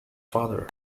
father